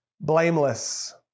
Blameless